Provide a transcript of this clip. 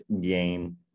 game